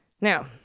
Now